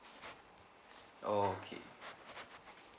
oh okay